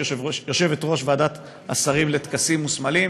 שהיא יושבת-ראש ועדת השרים לטקסים וסמלים.